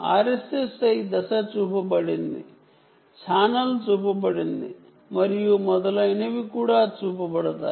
RSSI phase చూపబడింది channel చూపబడింది మరియు మొదలైనవి కూడా చూపబడతాయి